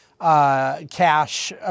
cash